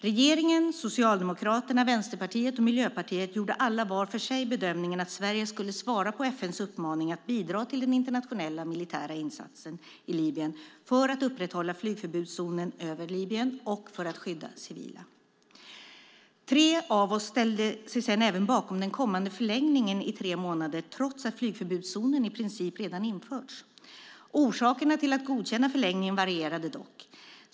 Regeringen, Socialdemokraterna, Vänsterpartiet och Miljöpartiet gjorde alla var för sig bedömningen att Sverige skulle svara på FN:s uppmaning att bidra till den internationella militära insatsen i Libyen för att upprätthålla flygförbudszonen över Libyen och för att skydda civila. Tre av oss ställde sig sedan även bakom den kommande förlängningen i tre månader, trots att flygförbudszonen i princip redan införts. Orsakerna till att godkänna förlängningen varierade dock.